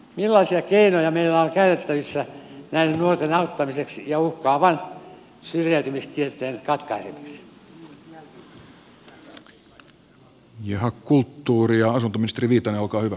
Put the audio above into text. millaisia keinoja meillä on käytettävissä näiden nuorten auttamiseksi ja uhkaavan syrjäytymiskierteen katkaisemiseksi